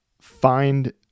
find